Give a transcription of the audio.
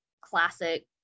classic